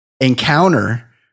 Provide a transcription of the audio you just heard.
encounter